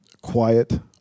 quiet